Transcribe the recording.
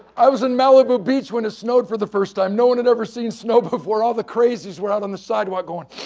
i was in malibu beach when it snowed for the first time. no one had ever seen snow before all the crazies were out on the sidewalk going.